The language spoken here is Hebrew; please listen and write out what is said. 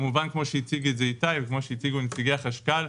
כמובן כמו שהציג את זה איתי וכמו שהציגו נציגי החשכ"ל,